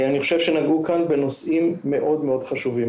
אני חושב שנגעו כאן בנושאים מאוד מאוד חשובים.